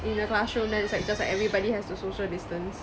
in the classroom then it's like just like everybody has to social distance